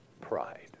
Pride